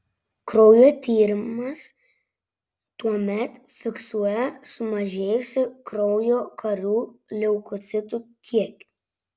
kraujo tyrimas tuomet fiksuoja sumažėjusį kraujo karių leukocitų kiekį